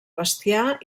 bestiar